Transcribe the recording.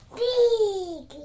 big